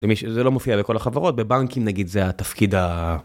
זה לא מופיע בכל החברות בבנקים נגיד זה התפקיד ה...